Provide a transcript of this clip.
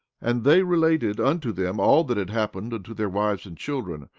and they related unto them all that had happened unto their wives and children,